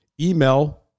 Email